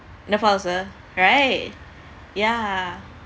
nepal also right yeah